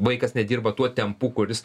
vaikas nedirba tuo tempu kuris